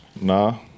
Nah